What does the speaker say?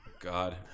God